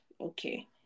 Okay